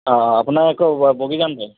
অঁ আপোনাৰ এইটো বগীজানতে